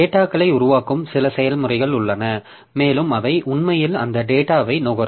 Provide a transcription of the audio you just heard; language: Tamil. டேட்டாகளை உருவாக்கும் சில செயல்முறைகள் உள்ளன மேலும் அவை உண்மையில் அந்த டேட்டாவை நுகரும்